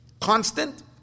constant